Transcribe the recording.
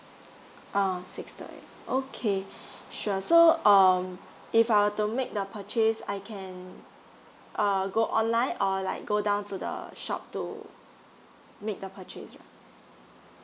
um okay sure so um if I were to make the purchase I can err go online or like go down to the shop to make the purchase